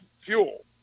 fuel